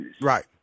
Right